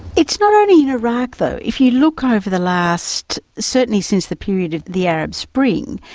it's not only in iraq though. if you look over the last, certainly since the period of the arab spring,